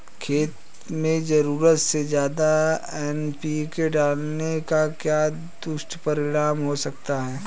खेत में ज़रूरत से ज्यादा एन.पी.के डालने का क्या दुष्परिणाम हो सकता है?